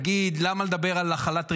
נגיד, למה לדבר על החלת ריבונות,